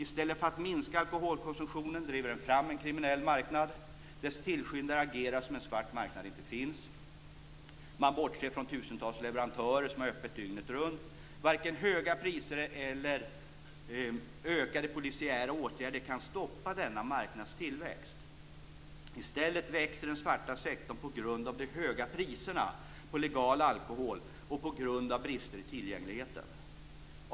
I stället för att minska alkoholkonsumtionen driver den fram en kriminell marknad. Dess tillskyndare agerar som om en svart marknad inte finns. Man bortser från att tusentals leverantörer har öppet dygnet runt. Varken höga priser eller ökade polisiära åtgärder kan stoppa denna marknads tillväxt. I stället växer den svarta sektorn på grund av de höga priserna på legal alkohol och på grund av brister i tillgängligheten.